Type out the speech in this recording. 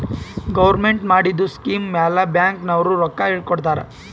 government ಮಾಡಿದು scheme ಮ್ಯಾಲ bank ನವ್ರು ರೊಕ್ಕಾ ಕೊಡ್ತಾರ್